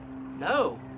no